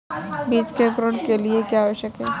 बीज के अंकुरण के लिए क्या आवश्यक है?